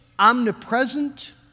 omnipresent